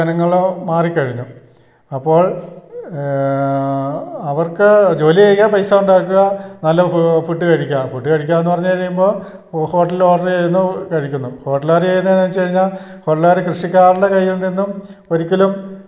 ജനങ്ങൾ മാറിക്കഴിഞ്ഞു അപ്പോൾ അവർക്ക് ജോലി ചെയ്യുക പൈസയുണ്ടാക്കുക നല്ല ഫുഡ് കഴിക്കുക ഫുഡ് കഴിക്കാമെന്നു പറഞ്ഞ് കഴിയുമ്പോൾ ഹോട്ടലിൽ ഓഡർ ചെയ്യുന്നു കഴിക്കുന്നു ഹോട്ടലുകാർ ചെയ്യുന്നതെന്ന് വെച്ചു കഴിഞ്ഞാൽ ഹോട്ടലുകാർ കൃഷിക്കാരുടെ കയ്യിൽ നിന്നും ഒരിക്കലും